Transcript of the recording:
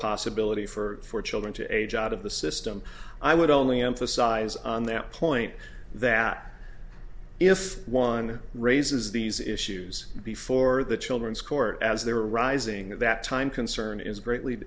possibility for children to age out of the system i would only emphasize on that point that if one raises these issues before the children's court as they were rising at that time concern is greatly